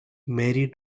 mary